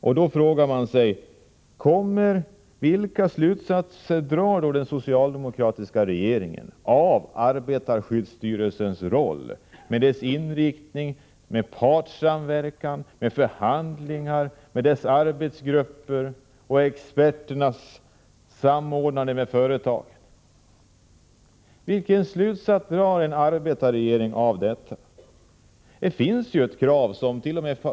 Man frågar sig: Vilka slutsatser drar den socialdemokratiska regeringen av arbetarskyddsstyrelsens roll, med dess inriktning, partssamverkan, förhandlingar, arbetsgrupper och experter och samordnande med företag? Vilka slutsatser drar en arbetarregering av det? Det finns ett krav somt.o.m.